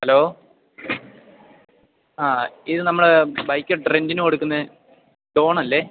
hello ആ ഇത് നമ്മുടെ ബൈക്ക് റെൻ്റിനു കൊടുക്കുന്ന ഡോൺ അല്ലേ